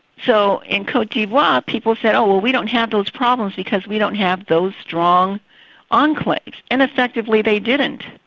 so in cote d'ivore ah people said, oh well, we don't have those problems because we don't have those strong ah enclaves', and effectively, they didn't.